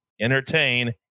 entertain